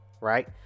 Right